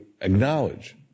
acknowledge